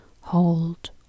hold